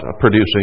producing